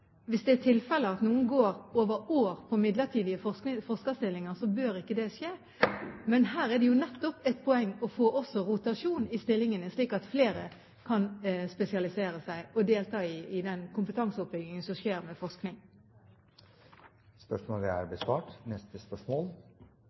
Hvis det er tilfelle at noen går over år i midlertidige forskerstillinger, så bør ikke det skje, men her er det jo nettopp også et poeng å få rotasjon i stillingene, slik at flere kan spesialisere seg og delta i den kompetanseoppbyggingen som skjer med forskning.